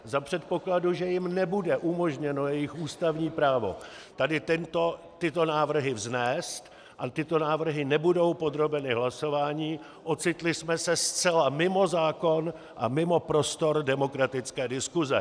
Za předpokladu, že jim nebude umožněno jejich ústavní právo tyto návrhy vznést a tyto návrhy nebudou podrobeny hlasování, ocitli jsme se zcela mimo zákon a mimo prostor demokratické diskuse.